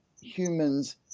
humans